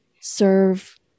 serve